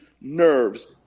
nerves